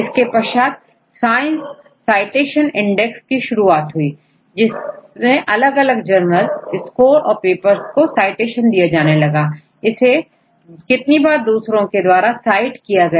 इसके पश्चात science citation index की शुरुआत हुई जिसमें अलग अलग जर्नल स्कोर और पेपर्स को साइटेशन दिया जाने लगा कि इसे कितनी बार दूसरे लोगों के द्वारा साइट किया गया